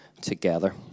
together